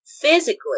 physically